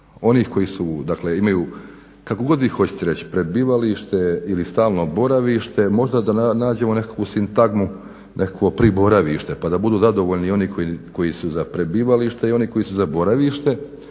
onih koji su, dakle imaju kako god vi hoćete reći prebivalište ili stalno boravište možda da nađemo nekakvu sintagmu, nekakvo priboravište pa da budu zadovoljni i oni koji su za prebivalište i oni koji su za boravište.